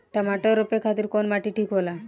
टमाटर रोपे खातीर कउन माटी ठीक होला?